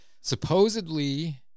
supposedly –